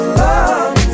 love